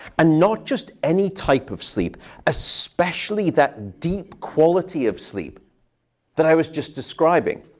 and not just any type of sleep especially that deep quality of sleep that i was just describing.